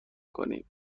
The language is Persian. کنیم